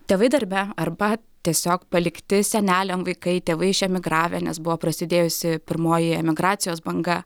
tėvai darbe arba tiesiog palikti seneliam vaikai tėvai išemigravę nes buvo prasidėjusi pirmoji emigracijos banga